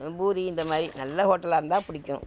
பூரி இந்த மாதிரி நல்ல ஹோட்டலாக இருந்தால் பிடிக்கும்